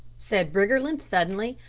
said briggerland suddenly.